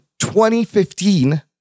2015